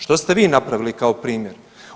Što ste vi napravili kao primjer?